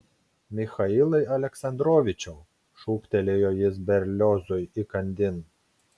michailai aleksandrovičiau šūktelėjo jis berliozui įkandin